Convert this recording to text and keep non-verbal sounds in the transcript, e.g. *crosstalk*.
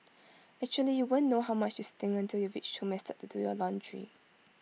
*noise* actually you won't know how much you stink until you reach home and start to do your laundry